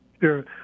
Sure